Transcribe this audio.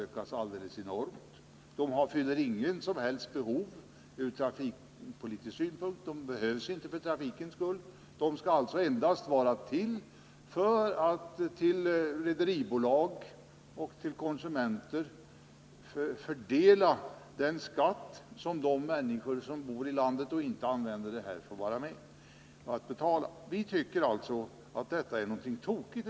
Dessa båtar och färjor fyller inget behov från trafikpolitisk synpunkt, de skall endast vara till för att på rederibolag och konsumenter fördela den skatt som de människor som inte använder denna möjlighet till skattefria inköp av alkohol får vara med och betala.